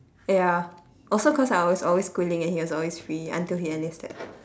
ya also cause I was always schooling and he was always free until he enlisted